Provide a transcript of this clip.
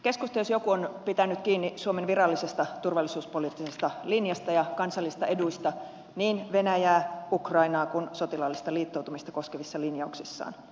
keskusta jos joku on pitänyt kiinni suomen virallisesta turvallisuuspoliittisesta linjasta ja kansallisista eduista niin venäjää ukrainaa kuin sotilaallista liittoutumista koskevissa linjauksissaan